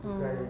oh